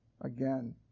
again